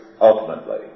ultimately